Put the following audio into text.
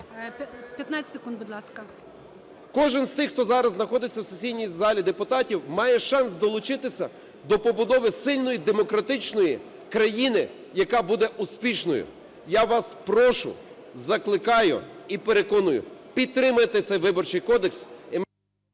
Кожен з тих, хто зараз знаходиться в сесійній залі депутатів, має шанс долучитися до побудови сильної демократичної країни, яка буде успішною. Я вас прошу, закликаю і переконую, підтримайте цей Виборчий кодекс…